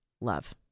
love